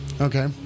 okay